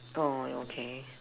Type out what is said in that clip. orh my okay